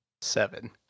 Seven